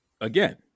again